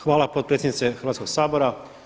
Hvala potpredsjednice Hrvatskog sabora.